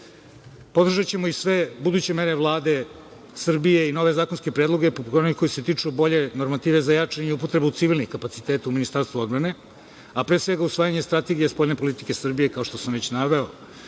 Srbije. Podržaćemo i sve buduće mere Vlade Srbije i nove zakonske predloge poput onih koji se tiču bolje normative za jačanje i upotrebu civilnih kapaciteta u Ministarstvu odbrane, a pre svega usvajanje strategije spoljne politike Srbije, kao što sam već naveo,